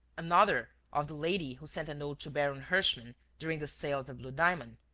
another of the lady who sent a note to baron herschmann during the sale of the blue diamond,